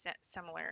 similar